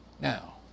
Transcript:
Now